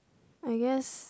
I guess